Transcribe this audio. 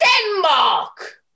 Denmark